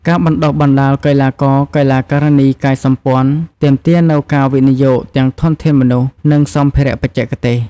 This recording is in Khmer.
ការបណ្តុះបណ្តាលកីឡាករ-កីឡាការិនីកាយសម្ព័ន្ធទាមទារនូវការវិនិយោគទាំងធនធានមនុស្ស និងសម្ភារៈបច្ចេកទេស។